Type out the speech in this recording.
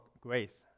Grace